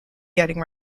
getting